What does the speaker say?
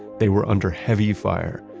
they were under heavy fire,